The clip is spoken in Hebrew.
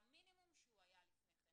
למינימום שהוא היה לפני כן.